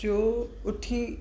जो उथी